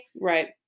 Right